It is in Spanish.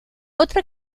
otra